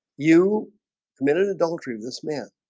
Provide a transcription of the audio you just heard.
you committed adultery of this man,